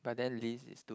but then Liz is too